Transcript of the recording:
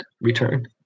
return